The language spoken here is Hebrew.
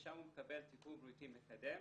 ושם הוא מקבל טיפול בריאותי מקדם,